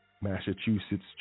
massachusetts